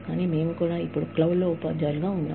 కానీ మేము కూడా ఇప్పుడు క్లౌడ్ లో ఉపాధ్యాయులుగా ఉన్నాము